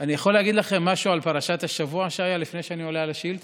יכול להגיד לכם משהו על פרשת השבוע שהיה לפני שאני עונה על השאילתה?